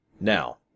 Now